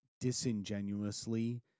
disingenuously